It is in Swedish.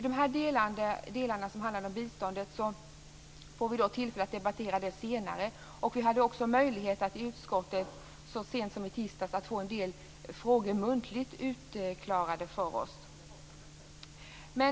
De delar som handlar om biståndet får vi tillfälle att debattera senare. Vi hade också möjlighet att i utskottet så sent som i tisdags få en del frågor utredda muntligt för oss.